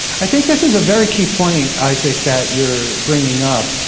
i think this is a very key point, isaac, that you're bringing up.